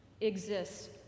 exists